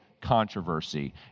Controversy